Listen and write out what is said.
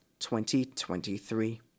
2023